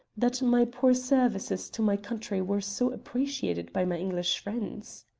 that my poor services to my country were so appreciated by my english friends.